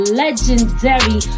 legendary